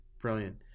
Brilliant